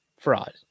fraud